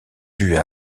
dues